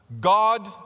God